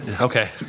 Okay